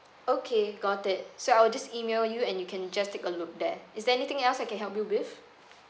okay got it so I'll just email you and you can just take a look there is there anything else I can help you with